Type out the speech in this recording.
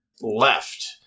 left